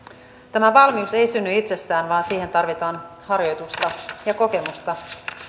tämä valmius ei ei synny itsestään vaan siihen tarvitaan harjoitusta ja kokemusta